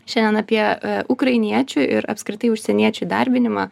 šiandien apie ukrainiečių ir apskritai užsieniečių įdarbinimą